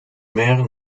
meer